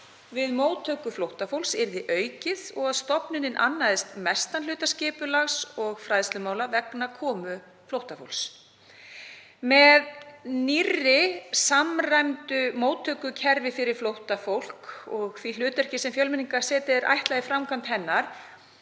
við móttöku flóttafólks yrði aukið og að stofnunin annaðist mestan hluta skipulags- og fræðslumála vegna komu flóttafólks. Með nýju samræmdu móttökukerfi fyrir flóttafólk og því hlutverki sem Fjölmenningarsetrinu er ætlað í framkvæmd hennar